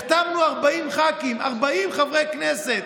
החתמנו 40 ח"כים, 40 חברי כנסת.